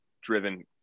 driven